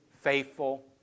faithful